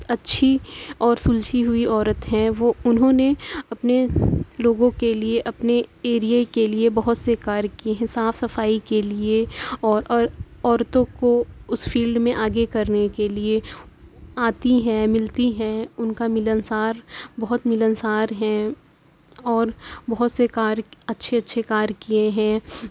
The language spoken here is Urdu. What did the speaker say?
اچھی اور سلجھی ہوئی عورت ہیں وہ انہوں نے اپنے لوگوں کے لیے اپنے ایریے کے لیے بہت سے کار کیے ہیں صاف صفائی کے لیے اور اور عورتوں کو اس فیلڈ میں آگے کرنے کے لیے آتی ہیں ملتی ہیں ان کا ملنسار بہت ملنسار ہیں اور بہت سے کار اچھے اچھے کار کیے ہیں